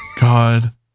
God